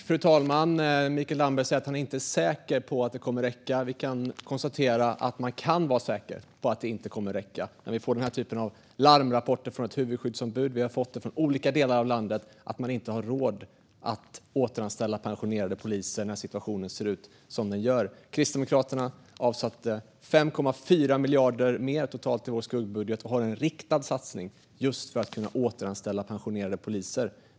Fru talman! Mikael Damberg säger att han inte är säker på att det kommer att räcka. Vi kan konstatera att vi kan vara säkra på att det inte kommer att räcka när vi får den här typen av larmrapporter från ett huvudskyddsombud. Vi har också fått höra från olika delar av landet att man inte har råd att återanställa pensionerade poliser när situationen ser ut som den gör. Kristdemokraterna avsatte totalt 5,4 miljarder mer i sin skuggbudget och har en riktad satsning just för att kunna återanställa pensionerade poliser.